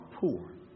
poor